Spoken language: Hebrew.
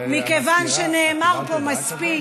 מכיוון שנאמר פה מספיק,